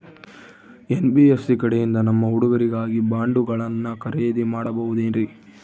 NBFC ಕಡೆಯಿಂದ ನಮ್ಮ ಹುಡುಗರಿಗಾಗಿ ಬಾಂಡುಗಳನ್ನ ಖರೇದಿ ಮಾಡಬಹುದೇನ್ರಿ?